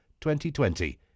2020